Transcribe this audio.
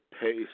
pace